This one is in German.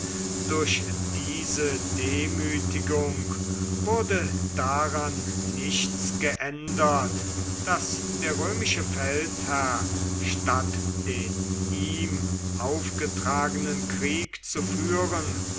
durch diese demütigung wurde daran nichts geändert daß der römische feldherr statt den ihm aufgetragenen krieg zu führen